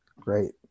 great